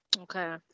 Okay